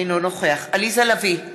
אינו נוכח עליזה לביא,